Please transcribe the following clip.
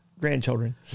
grandchildren